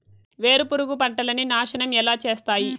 వేరుపురుగు పంటలని నాశనం ఎలా చేస్తాయి?